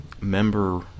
member